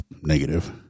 negative